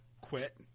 quit